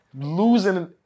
losing